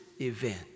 event